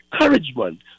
encouragement